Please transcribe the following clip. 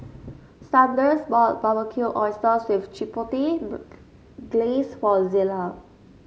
Sanders bought Barbecue Oysters with Chipotle Glaze for Zela